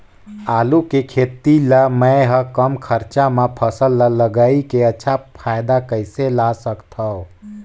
आलू के खेती ला मै ह कम खरचा मा फसल ला लगई के अच्छा फायदा कइसे ला सकथव?